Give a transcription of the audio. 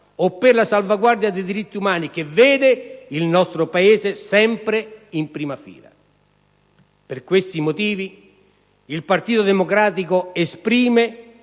o per la salvaguardia dei diritti umani, che vede il nostro Paese sempre in prima fila. Per questi motivi, il Partito Democratico esprime